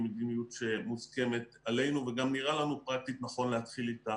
והיא מדיניות שמוסכמת עלינו וגם נראה לנו פרקטית נכון להתחיל איתה